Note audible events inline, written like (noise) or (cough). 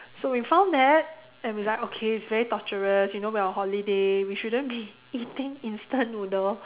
so we found that and we're like it's very torturous you know we're on holiday we shouldn't be (laughs) eating instant noodle